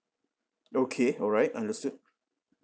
okay alright understood